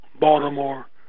Baltimore